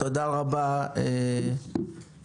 תודה רבה רחל.